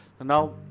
now